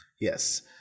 yes